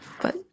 but-